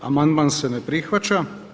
Amandman se ne prihvaća.